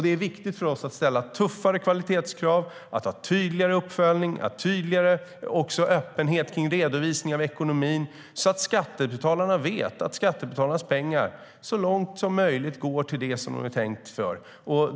Det är viktigt för oss att ställa tuffare krav på kvalitet, att ha tydligare uppföljning och att ha öppenhet i redovisningen av ekonomin så att skattebetalarna vet att skattebetalarnas pengar så långt som möjligt går till det som de är tänkta för.